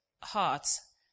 hearts